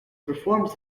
performs